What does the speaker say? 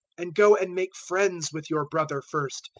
and go and make friends with your brother first,